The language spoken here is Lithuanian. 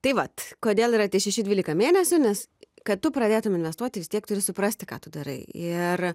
tai vat kodėl yra tie šeši dvylika mėnesių nes kad tu pradėtum investuoti vis tiek turi suprasti ką tu darai ir